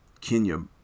Kenya